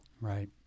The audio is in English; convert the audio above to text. Right